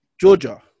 georgia